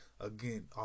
again